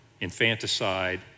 infanticide